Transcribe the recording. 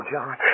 John